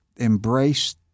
embrace